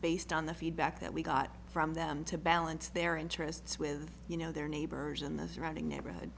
based on the feedback that we got from them to balance their interests with you know their neighbors in the surrounding neighborhood